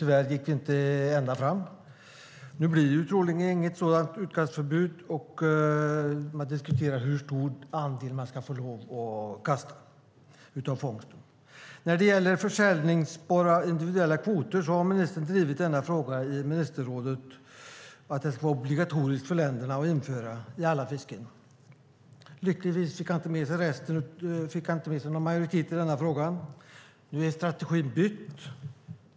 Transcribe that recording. Tyvärr gick det inte ända fram. Nu blir det troligen inget sådant utkastförbud, utan det diskuteras hur stor andel av fångsten man ska få lov att kasta. Ministern har i ministerrådet drivit frågan att det ska vara obligatoriskt för länderna att införa säljbara individuella kvoter i alla typer av fiske. Lyckligtvis fick han inte med sig någon majoritet i denna fråga. Nu är strategin bytt.